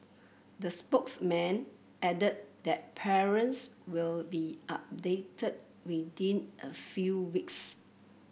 the spokesman added that parents will be updated within a few weeks